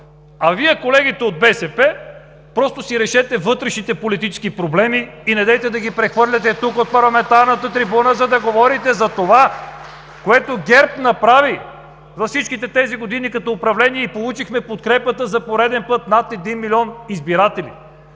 а Вие – колегите от БСП, просто си решете вътрешните политически проблеми и недейте да ги прехвърляте тук – от парламентарната трибуна, и да говорите за това, което ГЕРБ направи за всичките тези години като управление. Получихме подкрепата за пореден път от над един милион избиратели!